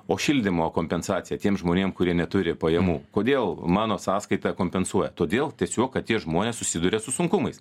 o šildymo kompensacija tiem žmonėm kurie neturi pajamų kodėl mano sąskaita kompensuoja todėl tiesiog kad tie žmonės susiduria su sunkumais